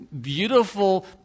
beautiful